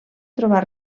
trobar